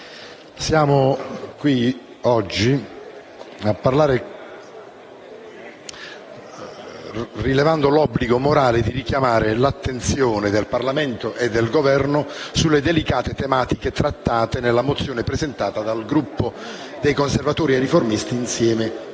siamo qui oggi a rilevare l'obbligo morale di richiamare l'attenzione del Parlamento e del Governo sulle delicate tematiche trattate nella mozione presentata dal Gruppo dei Conservatori e Riformisti, insieme ad